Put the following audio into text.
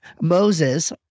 Moses